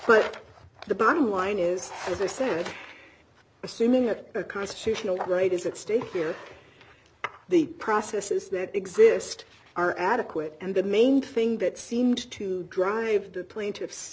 but the bottom line is as i said assuming that the constitutional right is at stake here the process is that exist are adequate and the main thing that seemed to drive the plaintiffs